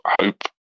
hope